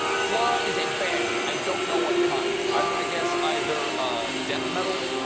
flaw is a band. i don't know what kind. i'm going to guess either ah death metal,